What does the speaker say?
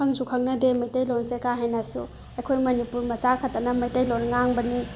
ꯈꯪꯁꯨ ꯈꯪꯅꯗꯦ ꯃꯩꯇꯩꯂꯣꯟꯁꯦ ꯀꯥ ꯍꯦꯟꯅꯁꯨ ꯑꯩꯈꯣꯏ ꯃꯅꯤꯄꯨꯔ ꯃꯆꯥ ꯈꯛꯇꯅ ꯃꯩꯇꯩꯂꯣꯟ ꯉꯥꯡꯕꯅꯤ